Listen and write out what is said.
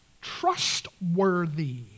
trustworthy